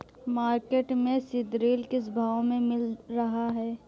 Market में सीद्रिल किस भाव में मिल रहा है?